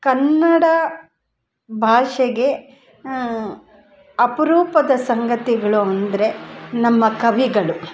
ಕನ್ನಡ ಭಾಷೆಗೆ ಅಪರೂಪದ ಸಂಗತಿಗಳು ಅಂದರೆ ನಮ್ಮ ಕವಿಗಳು